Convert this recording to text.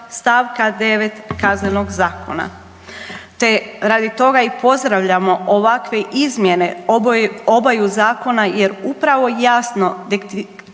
stavka 9. Kaznenog zakona, te radi toga i pozdravljamo ovakve izmjene obaju zakona, jer upravo jasno